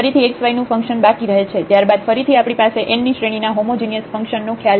અને ફરીથી xy નું ફંક્શન બાકી રહે છે ત્યારબાદ ફરીથી આપણી પાસે n શ્રેણી ના હોમોજિનિયસ ફંક્શન નો ખ્યાલ છે